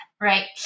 Right